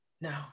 No